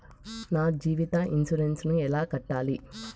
నా జీవిత ఇన్సూరెన్సు ఎలా కట్టాలి?